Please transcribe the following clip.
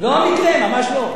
לא המקרה, ממש לא.